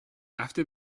after